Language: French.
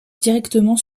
directement